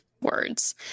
words